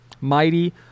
mighty